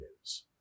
news